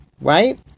Right